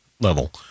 level